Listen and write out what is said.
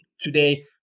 today